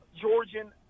Georgian